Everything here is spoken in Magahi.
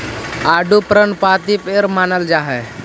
आडू पर्णपाती पेड़ मानल जा हई